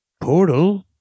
portal